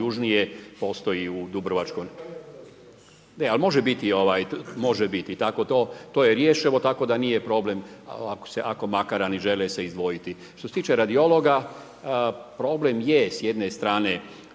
južnije, … (upadica se ne razumije) … ne, a može biti i tako to to je rješivo tako da nije problem ako Makarani se žele izdvojiti. Što se tiče radiologa problem je s jedne strane